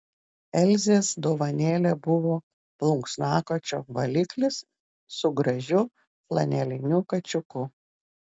elzės dovanėlė buvo plunksnakočio valiklis su gražiu flaneliniu kačiuku